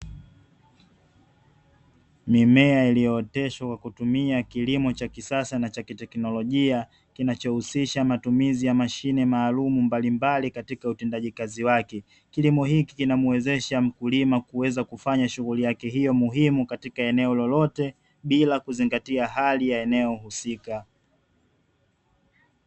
Mimea iliyooteshwa kwa kutumia kilimo cha kisasa na cha kiteknolojia kinachohusisha matumizi ya mashine maalumu mbalimbali katika utendaji kazi wake. Kilimo hiki kinamwezesha mkulima kuweza kufanya shughuli yake hiyo muhimu katika eneo lolote bila kuzingatia hali ya eneo husika.